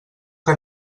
que